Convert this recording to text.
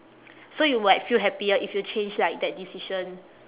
so you would like feel happier if you changed like that decision